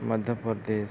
Madhya Pradesh